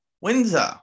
Windsor